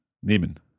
nehmen